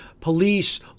police